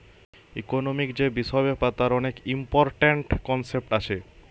economic যে বিষয় ব্যাপার তার অনেক ইম্পরট্যান্ট কনসেপ্ট আছে